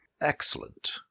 Excellent